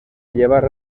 llevar